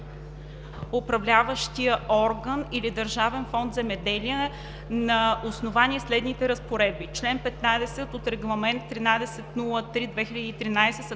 Управляващия орган или Държавен фонд „Земеделие“, на основание следните разпоредби: - чл. 15 от Регламент 1303/2013,